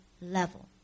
level